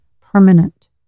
permanent